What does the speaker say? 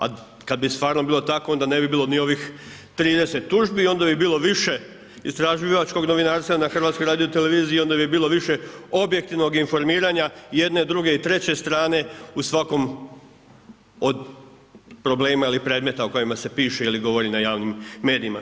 A kada bi stvarno bilo tako, onda ne bi bilo ni ovih 30 tužbi, onda bi bilo više istraživačkog novinarstva na HRT-u onda bi bilo više objektivnog informiranja jedne, druge i treće strane u svakom od problema ili predmetima o kojima se pišu ili govore na javnim medijima.